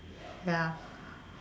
ya